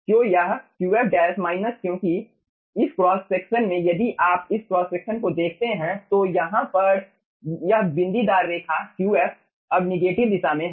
क्यों यह Qf minus क्योंकि इस क्रॉस सेक्शन में यदि आप इस क्रॉस सेक्शन को देखते हैं तो यहाँ पर यह बिंदीदार रेखा Qf अब निगेटिव दिशा में है